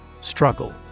Struggle